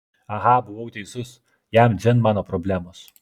aha buvau teisus jam dzin mano problemos